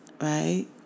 right